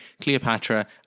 Cleopatra